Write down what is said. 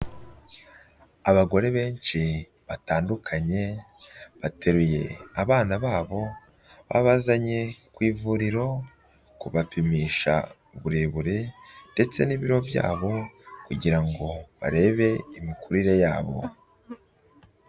Abagore benshi batandukanye bateruye abana babo, babazanye ku ivuriro kubapimisha uburebure ndetse n'ibiro byabo kugira ngo barebe imikurire yabo.